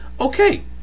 okay